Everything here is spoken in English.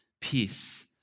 peace